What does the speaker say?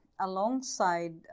Alongside